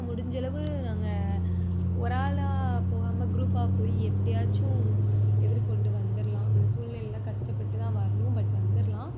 முடிஞ்சளவு நாங்கள் ஒரு ஆளாக போகாமல் க்ரூப்பாக போய் எப்படியாச்சும் எதிர்கொண்டு வந்துடலாம் அந்த சூல்நிலைலாம் கஷ்டப்பட்டுதான் வரணும் பட் வந்துடலாம்